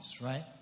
right